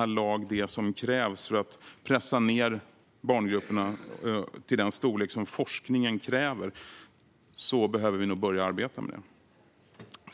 en lag vad som krävs för att få ned barngrupperna till den storlek forskningen kräver behöver vi nog börja arbeta med det.